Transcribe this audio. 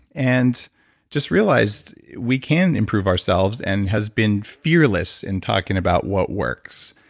and just realized we can improve ourselves and has been fearless in talking about what works.